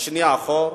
השנייה מאחור.